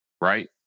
right